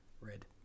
Red